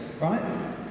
right